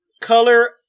color